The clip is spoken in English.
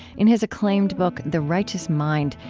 in his acclaimed book, the righteous mind,